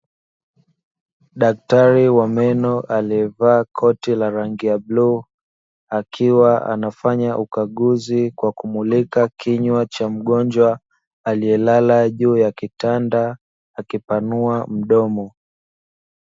Daktari wa meno aliyevaa koti la rangi ya bluu, akiwa anafanya ukaguzi kwa kumulika kinywa cha mgonjwa aliyelala juu ya kitanda, akipanua mdomo.